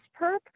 perp